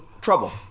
trouble